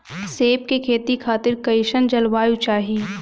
सेब के खेती खातिर कइसन जलवायु चाही?